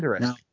Now